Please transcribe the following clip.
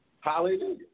Hallelujah